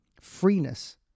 freeness